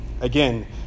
again